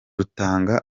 rutanga